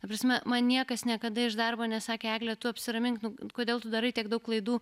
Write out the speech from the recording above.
ta prasme man niekas niekada iš darbo nesakė egle tu apsiramink nu kodėl tu darai tiek daug klaidų